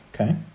Okay